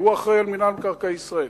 הוא אחראי למינהל מקרקעי ישראל,